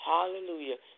Hallelujah